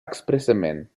expressament